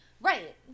Right